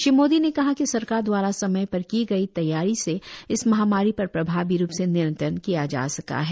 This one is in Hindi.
श्री मोदी ने कहा कि सरकार द्वारा समय पर की गई तैयारी से इस महामारी पर प्रभावी रूप से नियंत्रण किया जा सका है